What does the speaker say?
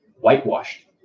Whitewashed